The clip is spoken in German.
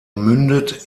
mündet